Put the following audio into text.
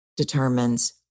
determines